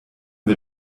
wir